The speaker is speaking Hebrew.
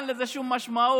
אין לזה שום משמעות,